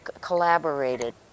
collaborated